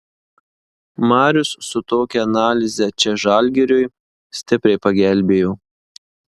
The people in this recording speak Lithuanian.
marius su tokia analize čia žalgiriui stipriai pagelbėjo